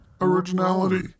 originality